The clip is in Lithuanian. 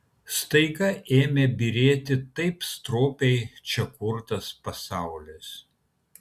staiga ėmė byrėti taip stropiai čia kurtas pasaulis